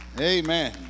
Amen